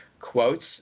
quotes